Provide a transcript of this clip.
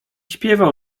śpiewał